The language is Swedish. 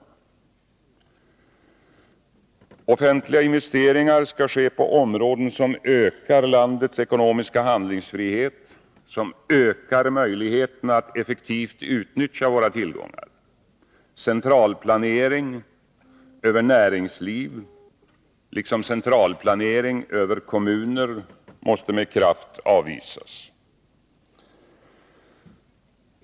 Offentliga investeringar skall ske på områden där de ökar landets ekonomiska handlingsfrihet och möjligheterna att effektivt utnyttja våra tillgångar. Centralplanering över näringsliv liksom centralplanering över kommuner måste med kraft avvisas.